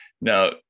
Now